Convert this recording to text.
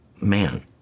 man